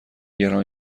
گران